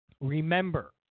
Remember